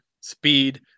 speed